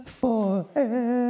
forever